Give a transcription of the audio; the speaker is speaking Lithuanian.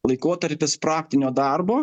laikotarpis praktinio darbo